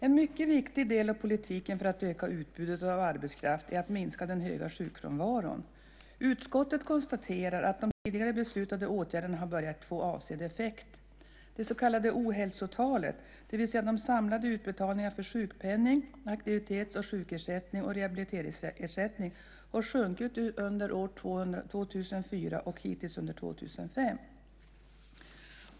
En mycket viktig del i politiken för att öka utbudet av arbetskraft är att minska den höga sjukfrånvaron. Utskottet konstaterar att de tidigare beslutade åtgärderna har börjat få avsedd effekt. Det så kallade ohälsotalet, det vill säga de samlade utbetalningarna för sjukpenning, aktivitets och sjukersättning och rehabiliteringsersättning har sjunkit under år 2004 och hittills under 2005.